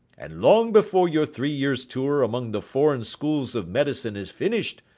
and long before your three years' tour among the foreign schools of medicine is finished,